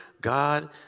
God